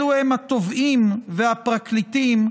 אלו הם התובעים והפרקליטים,